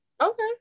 Okay